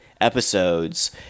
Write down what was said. episodes